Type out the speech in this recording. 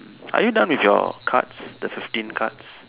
are you done with your cards the fifteen cards